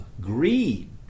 greed